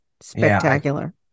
spectacular